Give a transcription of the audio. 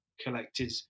collected